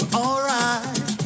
alright